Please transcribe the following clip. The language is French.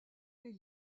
les